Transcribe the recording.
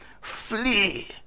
Flee